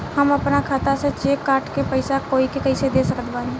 हम अपना खाता से चेक काट के पैसा कोई के कैसे दे सकत बानी?